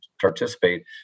participate